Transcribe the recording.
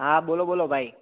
હા હા બોલો બોલો ભાઈ